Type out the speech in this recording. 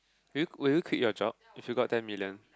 will you will you quit your job if you got ten million